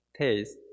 taste